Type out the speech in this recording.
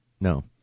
No